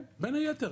בין היתר.